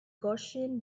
gaussian